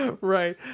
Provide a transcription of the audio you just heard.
Right